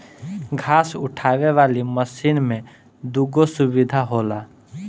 घास उठावे वाली मशीन में दूगो सुविधा होला